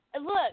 Look